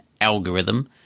algorithm